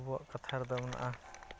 ᱟᱵᱚᱣᱟᱜ ᱠᱟᱛᱷᱟ ᱨᱮᱫᱚ ᱢᱮᱱᱟᱜᱼᱟ